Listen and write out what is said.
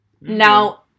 Now